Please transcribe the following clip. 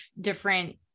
different